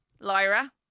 Lyra